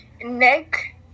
Nick